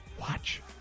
Watch